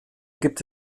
gibt